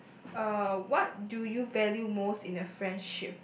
uh what do you value most in a friendship